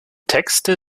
texte